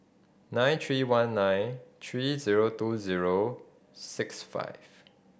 nine three one nine three zero two zero six five